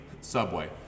Subway